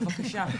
בבקשה.